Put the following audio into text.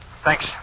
Thanks